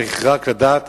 צריך רק לדעת